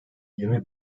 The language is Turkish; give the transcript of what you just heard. yirmi